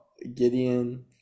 Gideon